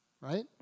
right